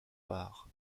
parts